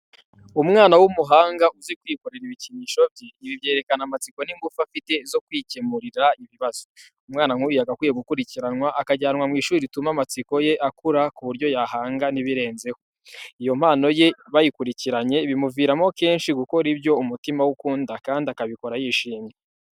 Umwana w'umuhanga uzi kwikorera ibikinisho bye, ibi byerekana amatsiko n'ingufu afite zo kwikemurira ibibazo. Umwana nk'uyu yagakwiye gukurikiranwa akajyanwa mu ishuri rituma amatsiko ye akura ku buryo yahanga n'ibirenzeho. Iyo impano ye bayikurikiranye bimuviramo akenshi gukora ibyo umutima we ukunda kandi akabikora yishimye.